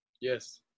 Yes